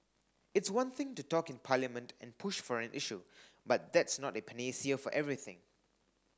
it's one thing to talk in Parliament and push for an issue but that's not a panacea for everything